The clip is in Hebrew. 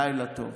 לילה טוב.